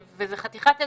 זה חתיכת אתגר.